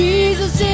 Jesus